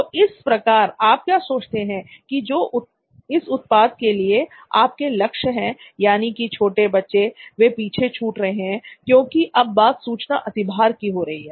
तो इस प्रकार आप क्या सोचते हैं कि जो इस उत्पाद के लिए आपके लक्ष्य हैं यानी कि छोटे बच्चे वे पीछे छूट रहे हैं क्योंकि अब बात सूचना अतिभार की हो रही है